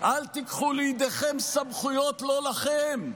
אל תיקחו לידיכם סמכויות לא לכם.